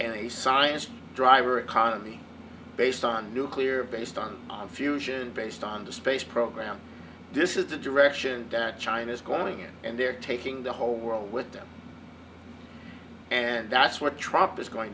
a science driver economy based on nuclear based on fusion based on the space program this is the direction that china is going in and they're taking the whole world with them and that's what trop is going